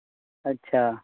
اچھا